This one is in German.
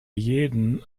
jeden